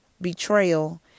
Betrayal